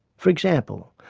for example,